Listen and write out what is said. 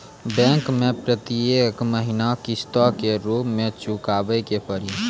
Bank मैं प्रेतियेक महीना किस्तो के रूप मे चुकाबै के पड़ी?